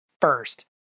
First